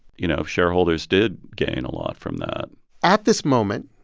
you know, shareholders did gain a lot from that at this moment,